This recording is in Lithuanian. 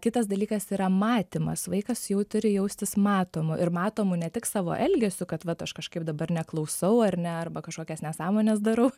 kitas dalykas yra matymas vaikas jau turi jaustis matomu ir matomu ne tik savo elgesiu kad aš kažkaip dabar neklausau ar ne arba kažkokias nesąmones darau